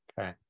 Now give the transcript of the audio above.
okay